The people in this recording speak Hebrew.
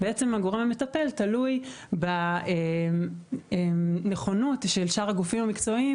הגורם המטפל תלוי בנכונות של שאר הגופים המקצועיים